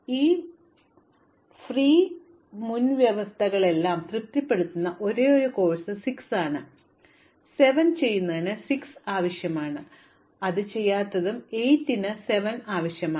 ഇപ്പോൾ എല്ലാ സൌജന്യ മുൻവ്യവസ്ഥകളും തൃപ്തിപ്പെടുത്തുന്ന ഒരേയൊരു കോഴ്സ് 6 ആണ് 7 ന് 6 ആവശ്യമാണ് അത് ചെയ്യാത്തതും 8 ന് 7 ഉം ആവശ്യമാണ്